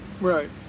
Right